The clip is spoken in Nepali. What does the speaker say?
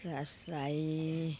रास राई